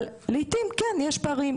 אבל לעתים כן, יש פערים.